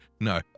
no